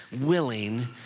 willing